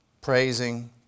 Praising